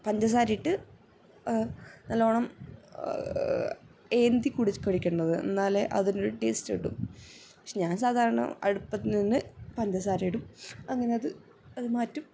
പഞ്ചസാര ഇട്ട് നല്ലോണം ഏന്തി കുടി കഴിക്കേണ്ടത് എന്നാലേ അതിനൊരു ടേസ്റ്റ് കിട്ടൂ പക്ഷേ ഞാൻ സാധാരണ അടുപ്പത്ത് നിന്ന് പഞ്ചസാര ഇടും അങ്ങനെ അത് അത് മാറ്റും